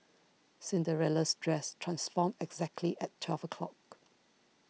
Cinderella's dress transformed exactly at twelve o'clock